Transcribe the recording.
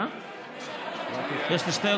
חברת הכנסת מיכל שיר, בבקשה,